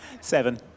Seven